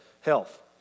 health